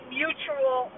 mutual